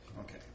Okay